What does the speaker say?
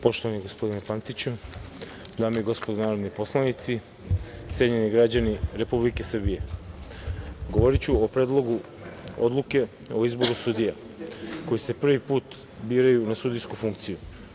Poštovani gospodine Pantiću, dame i gospodo narodni poslanici, cenjeni građani Republike Srbije, govoriću o Predlogu odluke o izboru sudija koji se prvi put biraju na sudijsku funkciju.